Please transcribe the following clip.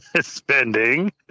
spending